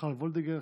מיכל וולדיגר.